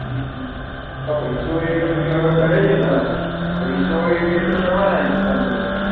હં હં હં હા પૈસો હોય એટલે પછી હવે કરે જ ને ત્યાં પૈસો હોય એટલે એ તો કરવાનાં જ ધામધૂમ યાર